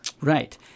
right